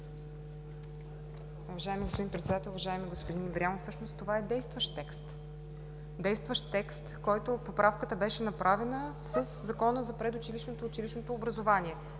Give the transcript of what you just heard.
Уважаеми господин Председател! Уважаеми господин Ибрямов, всъщност това е действащ текст. Действащ текст, чиято поправка беше направена със Закона за предучилищното и училищното образование: